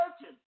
searching